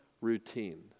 routine